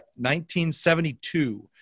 1972